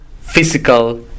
physical